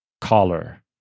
collar